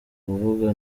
kuko